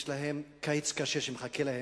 יש להם קיץ קשה שמחכה להם.